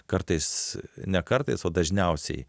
kartais ne kartais o dažniausiai